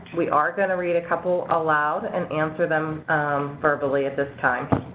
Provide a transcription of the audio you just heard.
we are going to read a couple aloud and answer them verbally at this time.